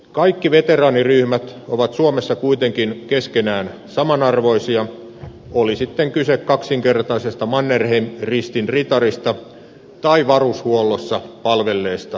kaikki veteraaniryhmät ovat suomessa kuitenkin keskenään samanarvoisia oli sitten kyse kaksinkertaisesta mannerheim ristin ritarista tai varushuollossa palvelleesta naisesta